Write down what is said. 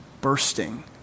bursting